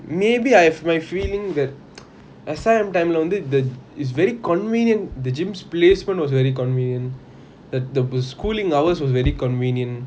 maybe I have my feeling that S_R_M time lah வந்து:vanthu it's very convenient the gym's placement was very convenient that the schooling hours was very convenient